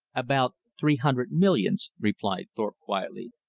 about three hundred millions, replied thorpe quietly.